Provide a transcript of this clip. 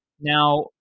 Now